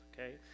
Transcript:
Okay